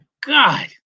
god